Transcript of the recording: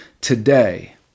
today